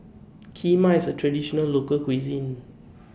Kheema IS A Traditional Local Cuisine